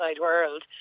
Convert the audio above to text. world